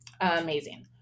amazing